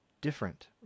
different